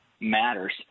matters